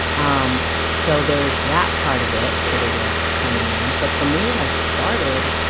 um so there's that part of it for the work coming in. but for me, when i started,